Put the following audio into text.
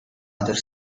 other